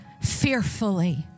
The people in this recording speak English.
fearfully